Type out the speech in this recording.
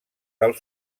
del